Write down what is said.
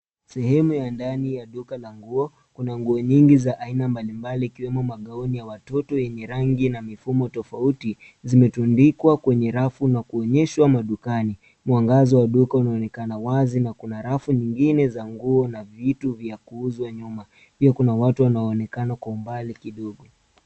Sehemu ya ndani ya duka la nguo. Kuna nguo nyingi za aina mbalimbali yakiwemo magauni ya watoto yenye rangi na mifumo tofauti. Zimetundikwa kwenye rafu na kuonyeshwa madukani. Mwangaza wa duka unaonekana wazi na kuna rafu nyingine za nguo na vitu vya kuuzwa nyuma. Pia kuna watu wanaonekana kwa mbali kidogo.